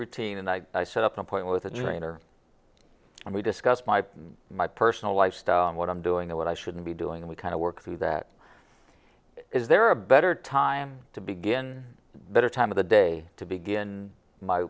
routine and i set up a point with a trainer and we discussed my my personal lifestyle and what i'm doing or what i should be doing and we kind of work through that is there a better time to begin better time of the day to begin my